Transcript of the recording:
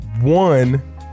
one